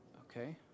Okay